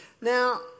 now